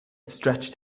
stretched